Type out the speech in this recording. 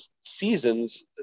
seasons